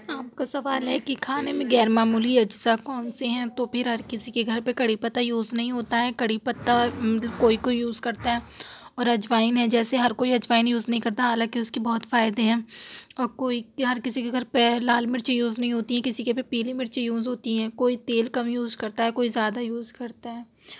آپ کا سوال ہے کہ کھانے میں غیر معمولی اجزا کون سے ہیں تو پھر ہر کسی کے گھر پہ کری پتہ یوز نہیں ہوتا ہے کری پتہ مطلب کوئی کوئی یوز کرتا ہے اور اجوائن ہے جیسے ہر کوئی اجوائن یوز نہیں کرتا حالانکہ اس کے بہت فائدے ہیں اور کوئی ہر کسی کے گھر پہ لال مرچی یوز نہیں ہوتی ہیں کسی کے بھی پیلے مرچی یوز ہوتی ہیں کوئی تیل کم یوز کرتا ہے کوئی زیادہ یوز کرتا ہے